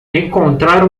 encontrar